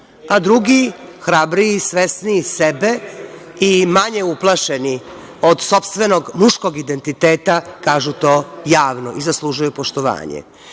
a drugi, hrabriji, svesniji sebe i manje uplašeni od sopstvenog muškog identiteta kažu to javno i zaslužuju poštovanje. Tako